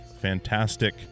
fantastic